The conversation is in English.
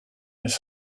his